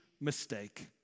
mistake